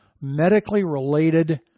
medically-related